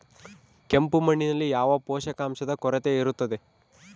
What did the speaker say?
ಕೆಂಪು ಮಣ್ಣಿನಲ್ಲಿ ಯಾವ ಪೋಷಕಾಂಶದ ಕೊರತೆ ಇರುತ್ತದೆ?